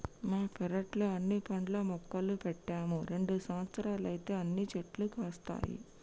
మా పెరట్లో అన్ని పండ్ల మొక్కలు పెట్టాము రెండు సంవత్సరాలైతే అన్ని చెట్లు కాస్తాయి